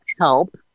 help